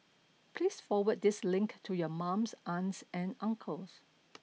please forward this link to your mums aunts and uncles